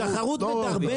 התחרות מדרבנת.